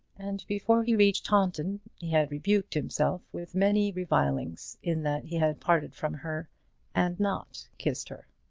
and before he reached taunton he had rebuked himself with many revilings in that he had parted from her and not kissed her.